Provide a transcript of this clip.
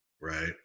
right